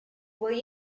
will